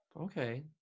Okay